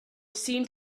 seemed